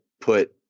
put